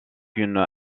une